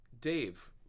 Dave